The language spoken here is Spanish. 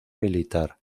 militar